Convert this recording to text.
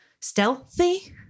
stealthy